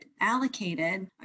allocated